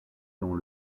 dans